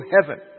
heaven